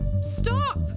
Stop